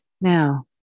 Now